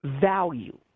value